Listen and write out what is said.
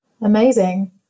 Amazing